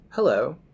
Hello